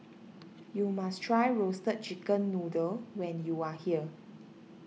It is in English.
you must try Roasted Chicken Noodle when you are here